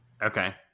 Okay